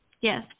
Yes